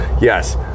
yes